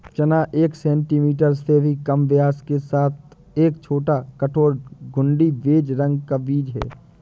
चना एक सेंटीमीटर से भी कम व्यास के साथ एक छोटा, कठोर, घुंडी, बेज रंग का बीन है